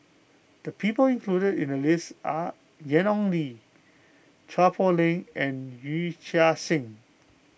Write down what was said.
the people included in the list are Ian Ong Li Chua Poh Leng and Yee Chia Hsing